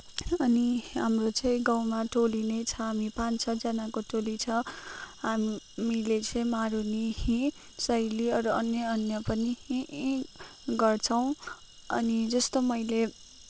अनि हाम्रो चाहिँ गाउँमा टोली नै छ हामी पाँच छजनाको टोली छ हामीले चाहिँ मारुनी ही शैली अरू अन्य अन्य पनि गर्छौँ अनि जस्तो मैले